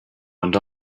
went